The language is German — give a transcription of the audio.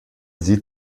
sie